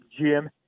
Jim